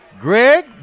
Greg